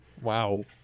Wow